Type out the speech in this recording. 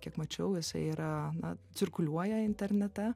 kiek mačiau jisai yra na cirkuliuoja internete